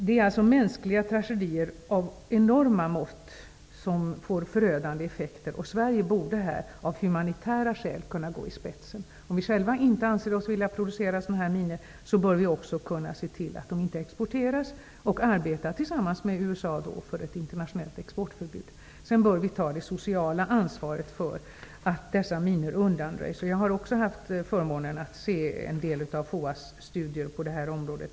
Det är fråga om mänskliga tragedier av enorma mått som får förödande effekter. Sverige borde av humanitära skäl gå i spetsen för att stoppa användningen. Om vi själva inte anser oss vilja producera sådana här minor bör vi kunna se till att de inte heller exporteras. Vi kan i stället arbeta tillsammans med USA för ett internationellt exportförbud. Vidare bör vi ta det sociala ansvaret för att dessa minor undanröjs. Jag har också haft förmånen att få se en del av FOA:s studier på detta område.